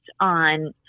on